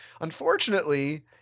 Unfortunately